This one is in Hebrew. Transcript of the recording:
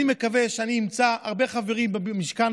אני מקווה שאני אמצא הרבה חברים במשכן